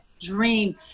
dream